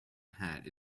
hat